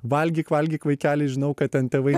valgyk valgyk vaikeli žinau kad ten tėvai